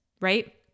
right